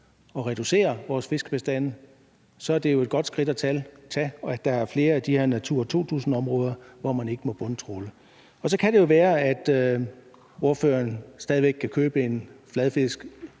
at reducere vores fiskebestande, så er det jo et godt skridt at tage, at der kommer flere af de her Natura 2000-områder, hvor man ikke må bundtrawle, for så kan det jo være, at ordføreren stadig kan købe en fladfisk